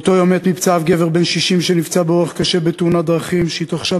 באותו יום מת מפצעיו גבר בן 60 שנפצע קשה בתאונת דרכים שהתרחשה